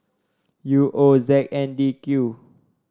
U O Z N D Q